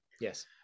yes